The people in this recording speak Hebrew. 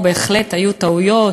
ובהחלט היו טעויות,